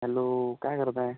hello काय करताय